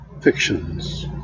fictions